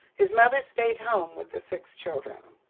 his mother stayed home with the six children.